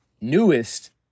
newest